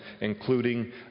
including